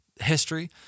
history